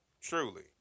Truly